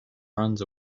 runs